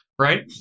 Right